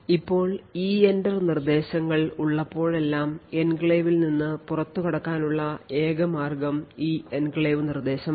ഇപ്പോൾ EENTER നിർദ്ദേശങ്ങൾ ഉള്ളപ്പോഴെല്ലാം എൻക്ലേവിൽ നിന്ന് പുറത്തുകടക്കാനുള്ള ഏക മാർഗം ഈ എൻക്ലേവ് നിർദ്ദേശമാണ്